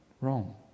wrong